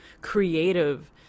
creative